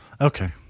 okay